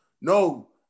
No